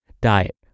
diet